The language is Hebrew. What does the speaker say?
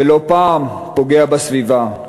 ולא פעם פוגע בסביבה.